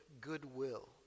goodwill